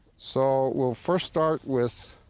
so we'll first start with.